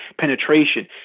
penetration